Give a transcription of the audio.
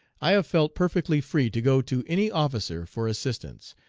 i have felt perfectly free to go to any officer for assistance,